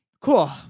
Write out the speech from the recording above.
cool